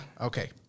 Okay